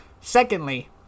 secondly